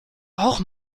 auch